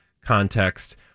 context